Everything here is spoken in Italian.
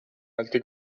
altri